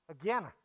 Again